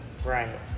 right